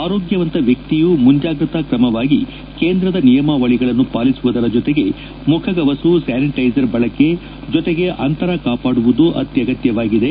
ಆರೋಗ್ಗವಂತ ವ್ಯಕ್ತಿಯೂ ಮುಂಜಾಗ್ರತಾ ಕ್ರಮವಾಗಿ ಕೇಂದ್ರದ ನಿಯಮಾವಳಿಗಳನ್ನು ಪಾಲಿಸುವುದರ ಜೊತೆಗೆ ಮುಖಗವಸು ಸ್ಲಾನಿಟ್ಲೆಸರ್ ಬಳಕೆ ಜೊತೆಗೆ ಅಂತರ ಕಾಪಾಡುವುದು ಅತ್ನಗತ್ನವಾಗಿದೆ